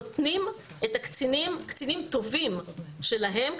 נותנים קצינים בכירים טובים שלהם